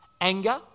Anger